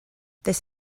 this